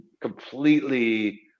completely